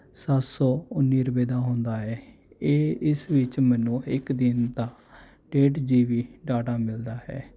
ਸੱਤ ਸੋ ਉੱਨ੍ਹੀ ਰੁਪਏ ਦਾ ਹੁੰਦਾ ਹੈ ਇਹ ਇਸ ਵਿੱਚ ਮੈਨੂੰ ਇੱਕ ਦਿਨ ਦਾ ਡੇਢ ਜੀ ਬੀ ਡਾਟਾ ਮਿਲਦਾ ਹੈ